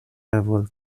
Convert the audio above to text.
level